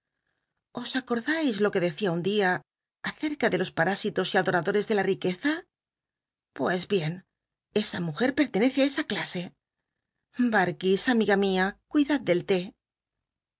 os acordais lo que decía un día acctca de los pansitos y adoradores de la riqueza pues bien esa mujer pertenece á esa clase barkis amiga mía cuidad del